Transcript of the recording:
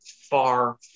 far